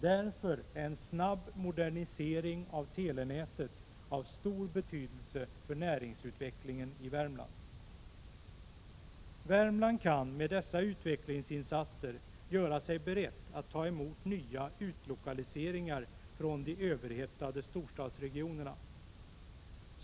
Därför är en snabb modernisering av telenätet av stor betydelse för Värmland kan med dessa utvecklingsinsatser göra sig beredd att ta emot nya utlokaliseringar från de överhettade storstadsregionerna.